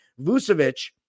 Vucevic